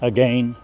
Again